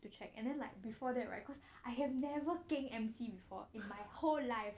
to check and then like before that right cause I have never keng M_C before in my whole life